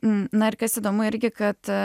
na ir kas įdomu irgi kad